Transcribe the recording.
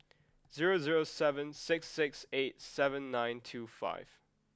zero zero seven six six eight seven nine two five